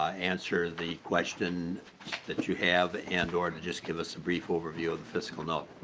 ah answer the question that you have and or just give us a brief overview of the fiscal note.